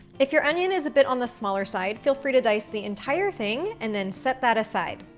if your onion is a bit on the smaller side, feel free to dice the entire thing, and then set that aside.